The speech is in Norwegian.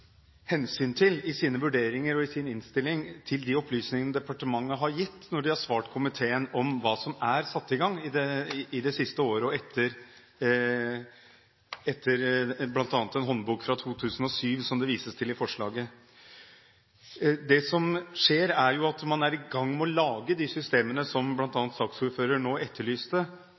hensyn til de opplysningene departementet har gitt når de har svart komiteen om hva som er satt i gang i det siste året, etter bl.a. en krisehåndteringsbok fra 2007, som det vises til i forslaget. Det som skjer, er at man er i gang med å lage de systemene som bl.a. saksordføreren nå etterlyste,